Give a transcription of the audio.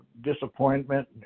disappointment